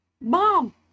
Mom